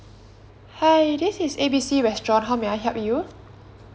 hi this is A B C restaurant how may I help you